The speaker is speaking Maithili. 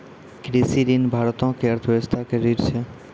कृषि ऋण भारतो के अर्थव्यवस्था के रीढ़ छै